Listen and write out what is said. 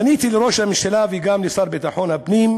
פניתי לראש הממשלה וגם לשר לביטחון הפנים,